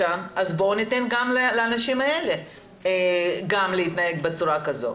אז בואו ניתן גם לאנשים האלה להתנהג בצורה כזו.